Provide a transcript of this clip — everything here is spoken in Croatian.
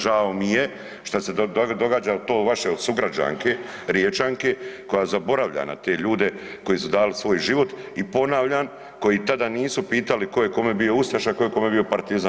Žao mi je šta se to događa to vaše od sugrađanke Riječanke koja zaboravlja na te ljude koji su dali svoj život i ponavljam koji tada nisu pitali tko je kome bio ustaša, tko je kome bio partizan.